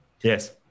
Yes